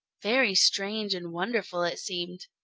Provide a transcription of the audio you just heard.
very strange and wonderful it seemed.